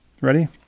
Ready